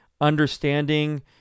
understanding